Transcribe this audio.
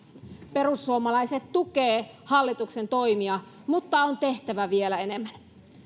perussuomalaiset tukevat hallituksen toimia mutta on tehtävä vielä enemmän